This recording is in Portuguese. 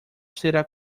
será